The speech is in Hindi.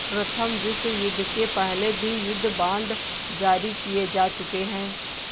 प्रथम विश्वयुद्ध के पहले भी युद्ध बांड जारी किए जा चुके हैं